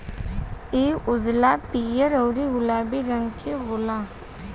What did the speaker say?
इ उजला, पीयर औरु गुलाबी रंग के होला